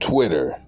Twitter